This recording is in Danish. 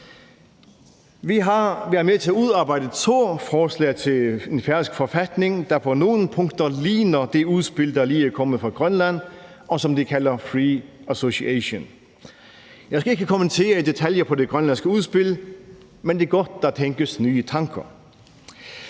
været med til at udarbejde to forslag til en færøsk forfatning, der på nogle punkter ligner det udspil, der lige er kommet fra Grønland, og som de kalder free association. Jeg skal ikke kommentere i detaljer på det grønlandske udspil, men det er godt, at der tænkes nye tanker.